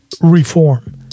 reform